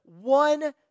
one